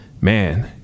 man